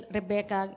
Rebecca